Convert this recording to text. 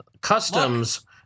Customs